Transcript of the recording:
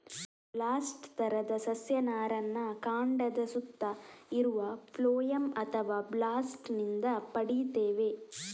bast ತರದ ಸಸ್ಯ ನಾರನ್ನ ಕಾಂಡದ ಸುತ್ತ ಇರುವ ಫ್ಲೋಯಂ ಅಥವಾ ಬಾಸ್ಟ್ ನಿಂದ ಪಡೀತೇವೆ